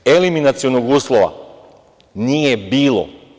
Eliminacionog uslova nije bilo.